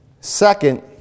Second